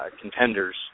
contenders